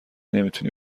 نمیتونی